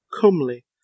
comely